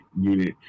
unit